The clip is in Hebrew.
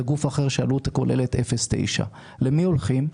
וגוף אחר שהעלות הכוללת שלו היא 0.9%. למי הולכים?